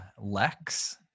Lex